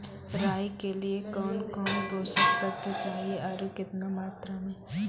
राई के लिए कौन कौन पोसक तत्व चाहिए आरु केतना मात्रा मे?